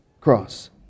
cross